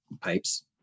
Pipes